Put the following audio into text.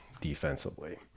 defensively